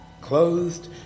clothed